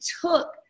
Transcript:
took